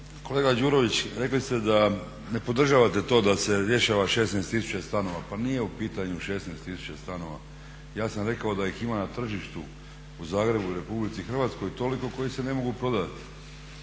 kolega Đurović rekli ste da ne podržavate to da se rješava 16 tisuća stanova. Pa nije u pitanju 16 tisuća stanova, ja sam rekao da ih ima na tržištu u Zagrebu u RH toliko koji se ne mogu prodati.